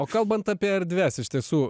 o kalbant apie erdves iš tiesų